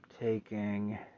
taking